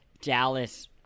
Dallas